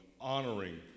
honoring